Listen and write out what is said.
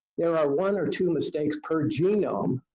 there are one or two mistakes per genome.